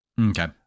Okay